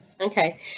Okay